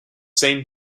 saint